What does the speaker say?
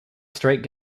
straight